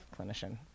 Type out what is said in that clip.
clinician